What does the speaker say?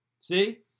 See